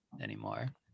anymore